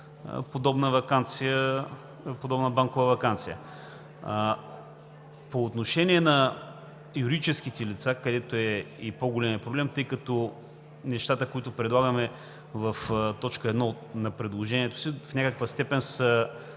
подобна банкова ваканция. По отношение на юридическите лица, където е по-големият проблем, тъй като нещата, които предлагаме в т. 1 от предложението си, в някаква степен са